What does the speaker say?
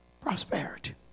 prosperity